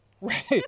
Right